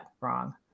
wrong